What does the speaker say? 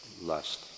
lust